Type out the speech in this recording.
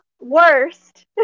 Worst